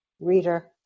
reader